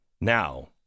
Now